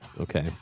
Okay